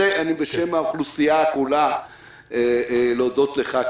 בשם האוכלוסייה כולה אני מבקש להודות לך.